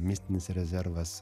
mistinis rezervas